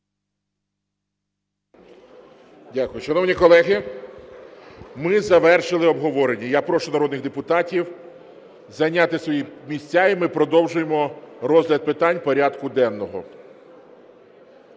Дякую. Шановні колеги, ми завершили обговорення. Я прошу народних депутатів зайняти свої місця. І ми продовжуємо розгляд питань порядку денного.